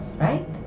right